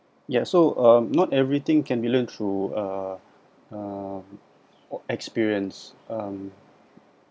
ya so um not everything can be learned through uh uh experience um